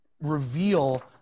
reveal